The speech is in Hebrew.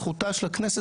זכותה של הכנסת,